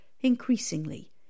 Increasingly